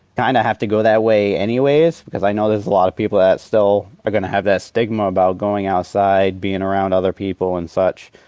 have to go that way anyways cause i know there's a lotta people that still are gonna have that stigma about going outside, bein' around other people, and such.